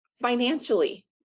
financially